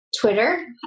Twitter